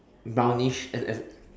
brownish and and